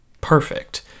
perfect